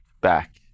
back